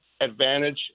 advantage